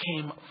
came